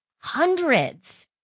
Hundreds